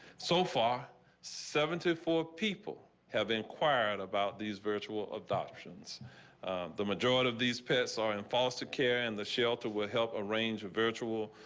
so far seventy four people have inquired about these virtual of the options. the majority of these pests are in foster care and the shelter will help arrange a virtual.